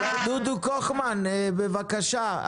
דודו קוכמן, האיחוד החקלאי, בבקשה.